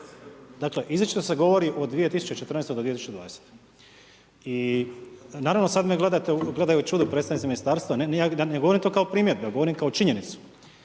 Dakle izričito se govori o 2014. do 2020. I naravno sad me gledaju u čudu predstavnici ministarstva, ja ne govorim to kao primjer, nego kao činjenicu